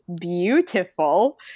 beautiful